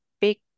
big